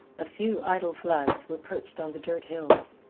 a few idle flags were perched on the dirt hills.